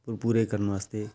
ਪ ਪੂਰੇ ਕਰਨ ਵਾਸਤੇ